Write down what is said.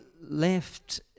left